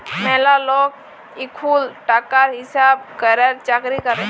ম্যালা লক এখুল টাকার হিসাব ক্যরের চাকরি ক্যরে